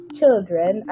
children